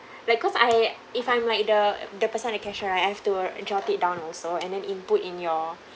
like cause I if I'm like the the person at the cashier right I have to jot it down also and then input in your